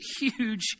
huge